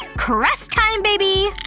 crust time, baby!